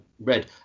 Read